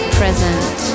present